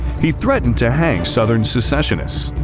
he threatened to hang southern secessionists,